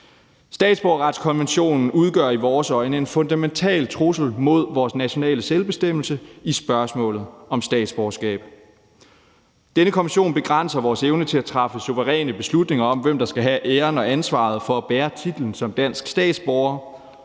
Statsborgerretskonventionen udgør i vores øjne en fundamental trussel mod vores nationale selvbestemmelse i spørgsmålet om statsborgerskab. Denne konvention begrænser vores evne til at træffe suveræne beslutninger om, hvem der skal have æren og ansvaret for at bære titlen som dansk statsborger,